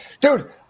Dude